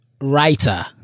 writer